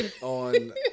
on